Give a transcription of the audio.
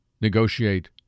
negotiate